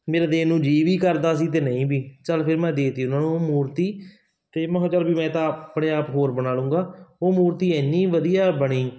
ਮੇਰਾ ਦੇਣ ਨੂੰ ਜੀ ਵੀ ਕਰਦਾ ਸੀ ਅਤੇ ਨਹੀਂ ਵੀ ਚੱਲ ਫਿਰ ਮੈਂ ਦੇ ਦਿੱਤੀ ਉਹਨਾਂ ਨੂੰ ਮੂਰਤੀ ਅਤੇ ਮੈਂ ਕਿਹਾ ਚੱਲ ਮੈਂ ਤਾਂ ਆਪਣੇ ਆਪ ਹੋਰ ਬਣਾ ਲੂੰਗਾ ਉਹ ਮੂਰਤੀ ਇੰਨੀ ਵਧੀਆ ਬਣੀ